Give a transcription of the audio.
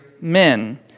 men